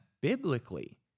biblically